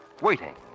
Waiting